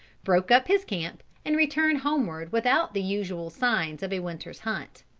broke up his camp, and returned homeward without the usual signs of a winter's hunt.